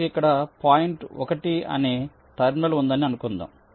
నాకు ఇక్కడ పాయింట్ 1 అనే టెర్మినల్ ఉందని అనుకుందాం